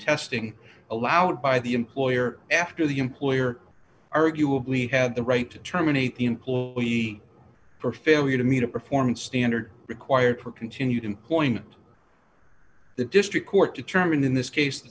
testing allowed by the employer after the employer arguably had the right to terminate the employee for failure to meet a performance standard required for continued employment the district court determined in this case